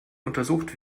untersucht